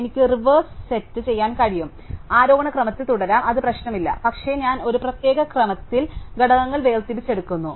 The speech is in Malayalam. എനിക്ക് റിവേഴ്സ് സെറ്റ് ചെയ്യാൻ കഴിയും എനിക്ക് ആരോഹണ ക്രമത്തിൽ തുടരാം അത് പ്രശ്നമല്ല പക്ഷേ ഞാൻ ഒരു പ്രത്യേക ക്രമത്തിൽ ഘടകങ്ങൾ വേർതിരിച്ചെടുക്കുന്നു